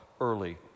early